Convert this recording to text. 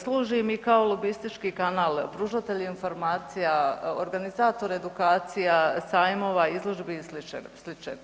Služi im i kao lobistički kanal, pružatelj informacija, organizator edukacija, sajmova, izložbi i sl.